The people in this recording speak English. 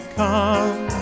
come